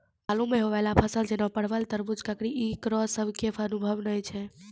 बालू मे होय वाला फसल जैना परबल, तरबूज, ककड़ी ईकरो सब के अनुभव नेय छै?